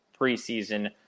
preseason